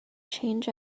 change